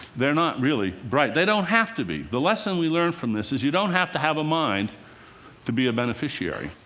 they're not really bright. they don't have to be. the lesson we learn from this is you don't have to have a mind to be a beneficiary.